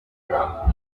josiane